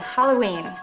Halloween